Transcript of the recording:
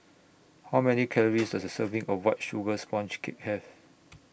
How Many Calories Does A Serving of White Sugar Sponge Cake Have